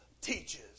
teaches